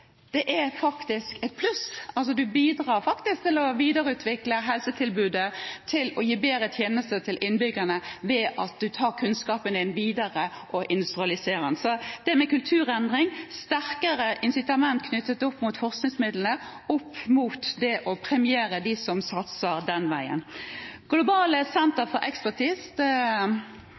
det er faktisk et pluss? Du bidrar faktisk til å videreutvikle helsetilbudet til å gi bedre tjenester til innbyggerne ved at du tar kunnskapen din videre og industrialiserer den. Det dreier seg om en kulturendring og et sterkere insitament knyttet opp mot forskningsmidlene opp mot det å premiere dem som satser den veien.